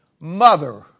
mother